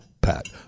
PAT